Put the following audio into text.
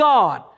God